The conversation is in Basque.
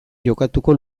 jokatuko